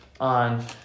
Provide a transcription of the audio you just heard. on